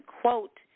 quote